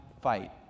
fight